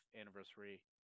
anniversary